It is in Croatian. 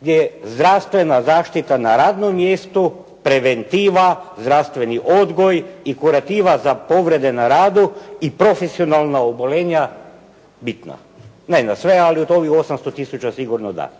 gdje je zdravstvena zaštita na radnom mjestu preventiva, zdravstveni odgoj i kurativa za povrede na radu i profesionalna oboljenja bitna. Ne za sve ali od ovih 800 tisuća sigurno da.